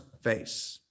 face